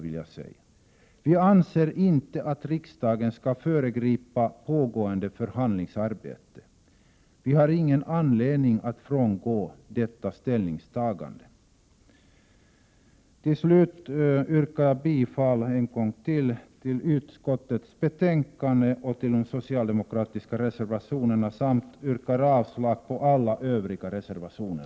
Vi anser inte att riksdagen skall föregripa pågående förhandlingsarbete, och vi har ingen anledning att frångå detta ställningstagande. Jag yrkar ännu en gång bifall till de socialdemokratiska reservationerna 28 och 29 och i övrigt bifall till utskottets hemställan, vilket innebär avslag på alla andra reservationer.